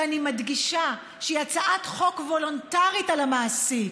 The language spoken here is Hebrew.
שאני מדגישה שהיא הצעת חוק וולונטרית למעסיק,